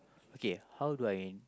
okay how do I